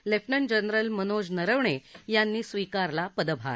lieutenant general Manoj Naravane यांनी स्वीकारला पदभार